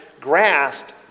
grasped